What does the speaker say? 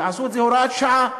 ועשו את זה הוראת שעה.